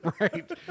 Right